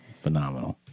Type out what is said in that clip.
Phenomenal